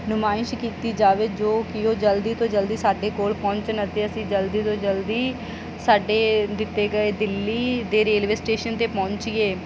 ਨੁਮਾਇਸ਼ ਕੀਤੀ ਜਾਵੇ ਜੋ ਕਿ ਓਹ ਜਲਦੀ ਤੋਂ ਜਲਦੀ ਸਾਡੇ ਕੋਲ ਪਹੁੰਚਣ ਅਤੇ ਅਸੀਂ ਜਲਦੀ ਤੋਂ ਜਲਦੀ ਸਾਡੇ ਦਿੱਤੇ ਗਏ ਦਿੱਲੀ ਦੇ ਰੇਲਵੇ ਸਟੇਸ਼ਨ 'ਤੇ ਪਹੁੰਚੀਏ